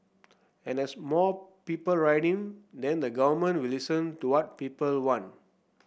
and as more people write in then the government will listen to what people want